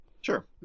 Sure